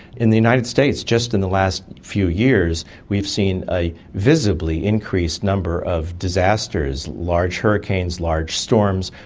in the united states just in the last few years we've seen a visibly increased number of disasters large hurricanes, large storms,